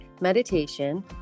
meditation